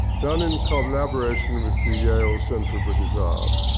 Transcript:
done in collaboration with the yale center of british art,